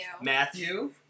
Matthew